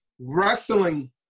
wrestling